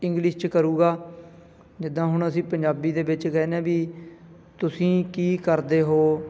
English 'ਚ ਕਰੇਗਾ ਜਿੱਦਾਂ ਹੁਣ ਅਸੀਂ ਪੰਜਾਬੀ ਦੇ ਵਿੱਚ ਕਹਿੰਦੇ ਹਾਂ ਵੀ ਤੁਸੀਂ ਕੀ ਕਰਦੇ ਹੋ